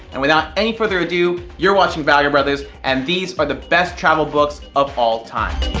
and without any further ado, you're watching vagabrothers, and these are the best travel books of all-time.